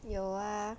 有啊